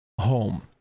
home